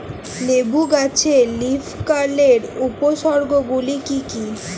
লেবু গাছে লীফকার্লের উপসর্গ গুলি কি কী?